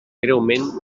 greument